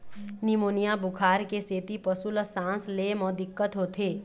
pneumonia बुखार के सेती पशु ल सांस ले म दिक्कत होथे